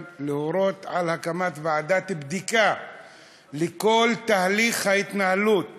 להורות על הקמת ועדת בדיקה לכל תהליך ההתנהלות